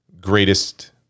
greatest